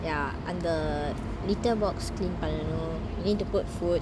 ya and the litter box clean பண்ணனும்:pannanum you need to put food